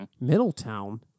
Middletown